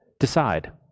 decide